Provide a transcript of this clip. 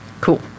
Cool